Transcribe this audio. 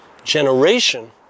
Generation